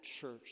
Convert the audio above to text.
church